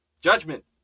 judgment